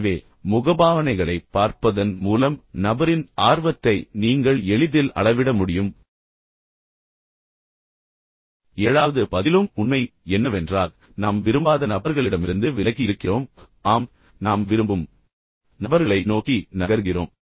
எனவே முகபாவனைகளைப் பார்ப்பதன் மூலம் நபரின் ஆர்வத்தை நீங்கள் எளிதில் அளவிட முடியும் ஏழாவது பதிலும் உண்மை என்னவென்றால் நாம் விரும்பாத நபர்களிடமிருந்து விலகி இருக்கிறோம் ஆம் நாம் விரும்பும் நபர்களை நோக்கி நகர்கிறோம்